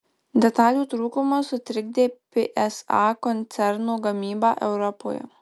detalių trūkumas sutrikdė psa koncerno gamybą europoje